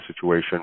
situation